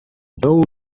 those